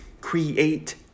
create